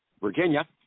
Virginia